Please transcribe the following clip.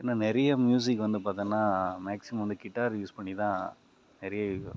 ஏன்னா நிறைய மியூசிக் வந்து பார்த்திங்கன்னா மேக்சிமம் வந்து கிட்டார் யூஸ் பண்ணி தான் நிறைய